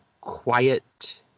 quiet